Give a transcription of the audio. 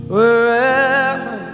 Wherever